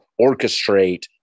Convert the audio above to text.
orchestrate